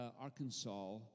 Arkansas